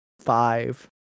five